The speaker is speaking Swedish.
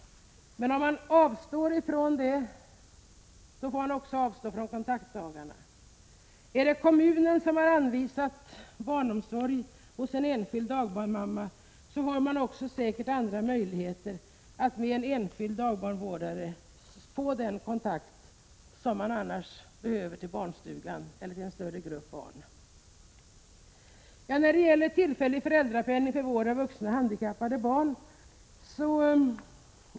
Men om man avstår härifrån, får man också avstå från kontaktdagarna. Om kommunen anvisat barnomsorg hos en enskild dagmamma, har man säkerligen också andra möjligheter att med en enskild dagbarnvårdare få den kontakt som man annars skulle få i en barnstuga eller tillsammans med en större grupp barn. handikappade barn.